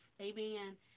amen